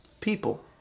people